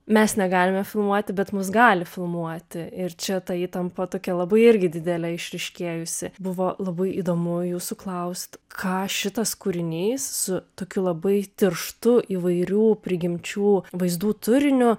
mes negalime filmuoti bet mus gali filmuoti ir čia ta įtampa tokia labai irgi didelė išryškėjusi buvo labai įdomu jūsų klaust ką šitas kūrinys su tokiu labai tirštu įvairių prigimčių vaizdų turiniu